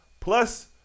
Plus